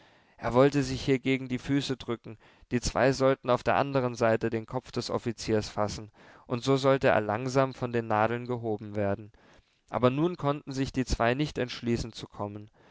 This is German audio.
er wollte sich hier gegen die füße drücken die zwei sollten auf der anderen seite den kopf des offiziers fassen und so sollte er langsam von den nadeln gehoben werden aber nun konnten sich die zwei nicht entschließen zu kommen